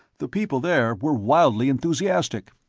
the people there were wildly enthusiastic.